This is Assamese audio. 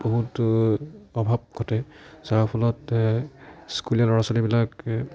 বহুতো অভাৱ ঘটে যাৰ ফলতে স্কুলীয়া ল'ৰা ছোৱালীবিলাকে